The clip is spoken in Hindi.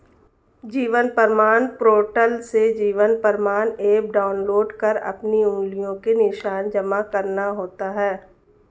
जीवन प्रमाण पोर्टल से जीवन प्रमाण एप डाउनलोड कर अपनी उंगलियों के निशान जमा करना होता है